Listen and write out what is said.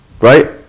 right